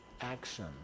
action